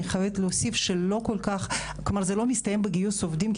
אני חייבת להוסיף שזה לא מסתיים בגיוס עובדים כי